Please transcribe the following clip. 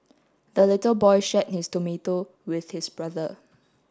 the little boy shared his tomato with his brother